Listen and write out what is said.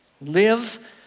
Live